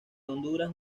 honduras